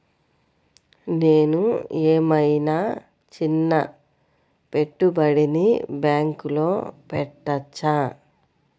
నేను ఏమయినా చిన్న పెట్టుబడిని బ్యాంక్లో పెట్టచ్చా?